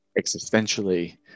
existentially